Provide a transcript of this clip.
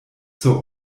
zur